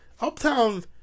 uptown